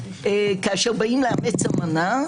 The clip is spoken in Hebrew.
כאשר באים לאמץ אמנה,